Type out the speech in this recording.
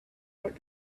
work